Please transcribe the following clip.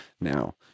now